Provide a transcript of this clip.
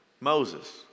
Moses